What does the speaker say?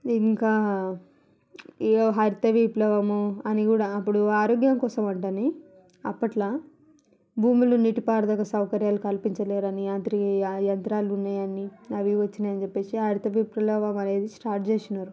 ఇంకా ఈ హరిత విప్లవము అని కూడా అప్పుడూ ఆరోగ్యం కోసం అంటా అని అప్పట్లో భూములు నీటి పారుదల సౌకర్యాలు కల్పించలేదని యాంత్రి యంత్రాల ఉన్నాయని అవి వచ్చినాయని చెప్పేసి హరిత విప్లవం అనేది స్టార్ట్ చేసినారు